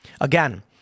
Again